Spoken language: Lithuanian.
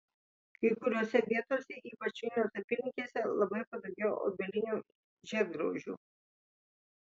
kai kuriose vietose ypač vilniaus apylinkėse labai padaugėjo obelinių žiedgraužių